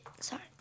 Sorry